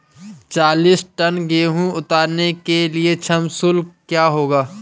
चालीस टन गेहूँ उतारने के लिए श्रम शुल्क क्या होगा?